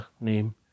name